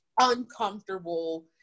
uncomfortable